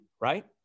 right